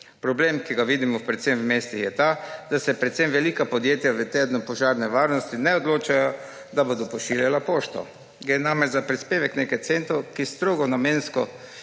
Problem, ki ga vidimo predvsem v mestih, je ta, da se predvsem velika podjetja v tednu požarne varnosti ne odločajo, da bodo pošiljala pošto. Gre namreč za prispevek nekaj centov, ki so strogo namensko